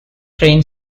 train